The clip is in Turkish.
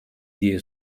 diye